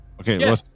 Okay